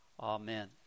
amen